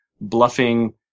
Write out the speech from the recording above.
bluffing